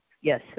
Yes